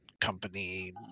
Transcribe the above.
company